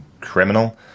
criminal